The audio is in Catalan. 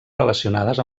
relacionades